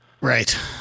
Right